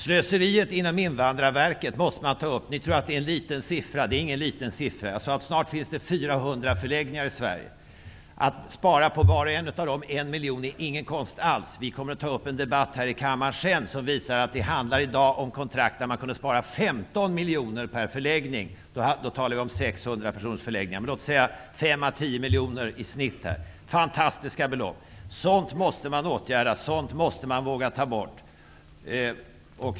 Slöseriet inom Invandrarverket måste tas upp till diskussion. Ni tror att det rör sig om en liten siffra, men det gör det inte. Snart finns det 400 förläggningar i Sverige. Det är ingen konst alls att spara in miljoner kronor på var och en av dessa förläggningar. Vi i Ny demokrati kommer senare att ta upp en debatt här i kammaren och visa att det i dag handlar om kontrakt där man hade kunnat spara 15 miljoner kronor per förläggning -- jag avser då 600-personersförläggningar, med låt oss säga 5 á 10 miljoner kronor i genomsnitt. Det är fantastiska belopp. Sådant slöseri måste man åtgärda och våga ta bort.